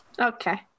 Okay